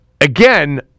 again